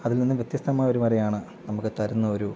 അതിൽ നിന്നും വ്യത്യസ്തമായൊരു വരയാണ് നമുക്ക് തരുന്ന ഒരു